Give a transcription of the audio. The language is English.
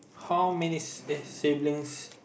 how many si~ eh siblings